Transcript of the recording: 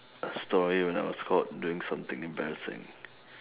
a story when I was caught doing something embarassing